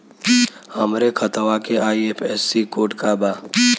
हमरे खतवा के आई.एफ.एस.सी कोड का बा?